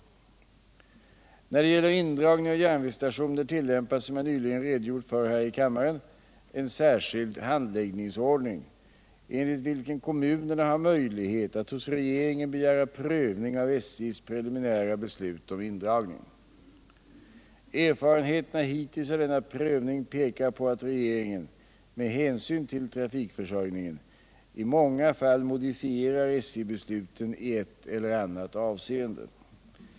När det gäller indragning av järnvägsstationer tillämpas, som jag nyligen redogjort för här i kammaren, en särskild handläggningsordning, enligt vilken kommunerna har möjlighet att hos regeringen begära prövning av SJ:s preliminära beslut om indragning. Erfarenheterna hittills av denna prövning pekar på att regeringen — med hänsyn till trafikförsörjningen — i många fall modifierar SJ-besluten i ett eller annat avseende.